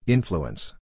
Influence